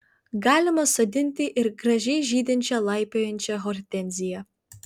galima sodinti ir gražiai žydinčią laipiojančią hortenziją